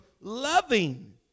loving